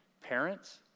parents